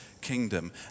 kingdom